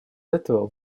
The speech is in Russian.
этого